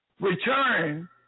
Return